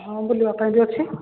ହଁ ବୁଲିବା ପାଇଁ ବି ଅଛି